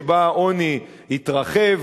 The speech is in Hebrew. שבה העוני התרחב,